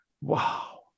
wow